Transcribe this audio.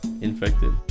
Infected